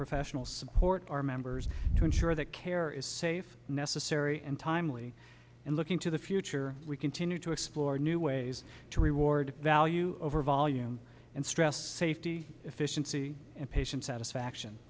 professional support our members to ensure that care is safe necessary and timely and looking to the future we continue to explore new ways to reward value over volume and stress safety efficiency and patient satisfaction